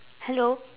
hello